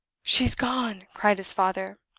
she's gone! cried his father.